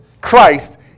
Christ